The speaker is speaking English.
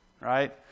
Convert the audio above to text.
right